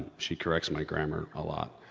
she corrects my grammar a lot.